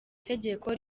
tegeko